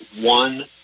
one